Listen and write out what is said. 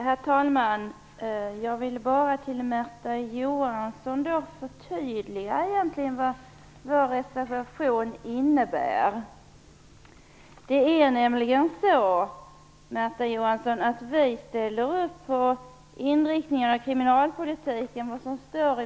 Herr talman! Jag vill bara för Märta Johansson förtydliga vad vår reservation innebär. Vi ställer oss bakom det som står i majoritetsskrivningen om inriktningen av kriminalpolitiken.